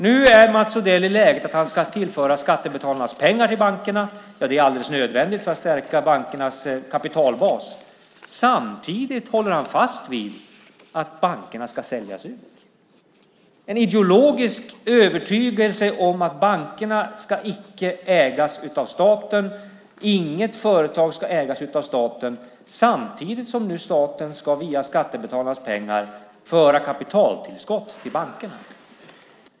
Nu är Mats Odell i läget att han ska tillföra skattebetalarnas pengar till bankerna. Ja, det är alldeles nödvändigt för att stärka bankernas kapitalbas. Samtidigt håller han fast vid att bankerna ska säljas ut. Det är en ideologisk övertygelse om att bankerna icke ska ägas av staten, att inget företag ska ägas av staten, samtidigt som staten nu ska föra över skattebetalarnas pengar, ett kapitaltillskott, till bankerna.